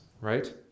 right